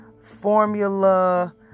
formula